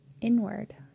inward